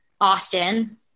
Austin